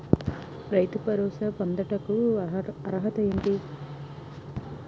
రైతు భరోసా పొందుటకు అర్హత ఏంటి?